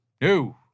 No